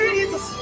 Jesus